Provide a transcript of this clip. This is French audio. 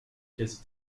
quasi